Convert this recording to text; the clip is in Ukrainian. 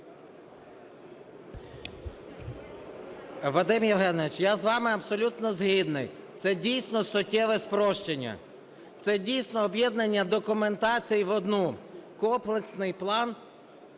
Вадим Євгенович, я з вами абсолютно згідний. Це, дійсно, суттєве спрощення. Це, дійсно, об'єднання документації в один комплексний план